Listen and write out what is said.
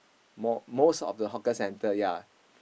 more most of the hawker centre ya